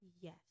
Yes